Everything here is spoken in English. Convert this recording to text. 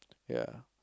ya